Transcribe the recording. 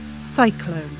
Cyclone